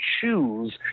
choose